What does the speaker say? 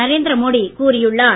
நரேந்திரமோடி கூறியுள்ளார்